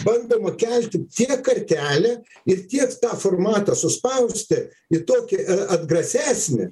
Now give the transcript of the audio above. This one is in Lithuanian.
bandoma kelti tiek kartelę ir tiek tą formatą suspausti į tokį atgrasesnį